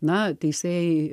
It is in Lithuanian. na teisėjai